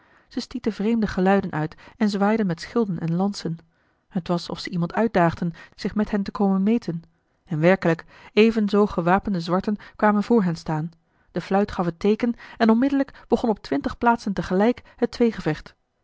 ze stieten vreemde geluiden uit en zwaaiden met schilden en lansen t was of ze iemand uitdaagden zich met hen te komen meten en werkelijk evenzoo gewapende zwarten kwamen eli heimans willem roda voor hen staan de fluit gaf het teeken en onmiddellijk begon op twintig plaatsen tegelijk het tweegevecht